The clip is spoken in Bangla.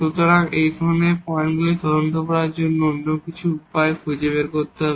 সুতরাং এই ধরনের পয়েন্টগুলি খুঁজে বের করার জন্য অন্য কিছু উপায় খুঁজে বের করতে হবে